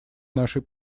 нашей